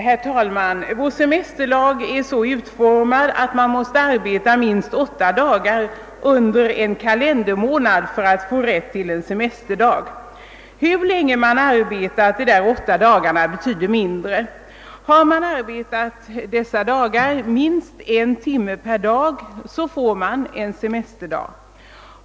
Herr talman! Vår semesterlag är utformad så att man måste arbeta minst åtta dagar under en kalendermånad för att ha rätt till en semesterdag, men hur länge man arbetar de åtta dagarna betyder mindre. Har man arbetat minst en timme per dag under de dagarna, får man en semesterdag.